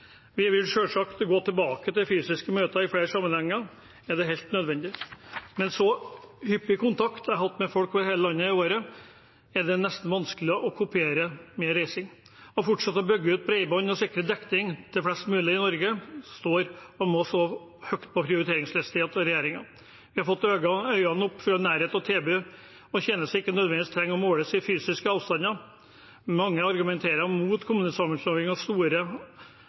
Vi vil selvsagt gå tilbake til fysiske møter i flere sammenhenger, det er helt nødvendig. En så hyppig kontakt som jeg har hatt med folk over hele landet dette året, er det nesten vanskelig å kopiere med reising. Å fortsette å bygge ut bredbånd og sikre dekning til flest mulig i Norge står og må stå høyt på prioriteringslisten til regjeringen. Vi har fått øynene opp for at nærhet og tilbud om tjenester ikke nødvendigvis trenger å måles i fysiske avstander. Mange argumenterer mot kommunesammenslåinger og mener at store,